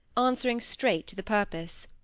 answering straight to the purpose.